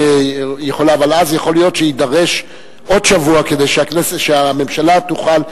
אבל אז יכול להיות שיידרש עוד שבוע כדי שהממשלה תוכל,